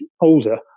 older